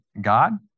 God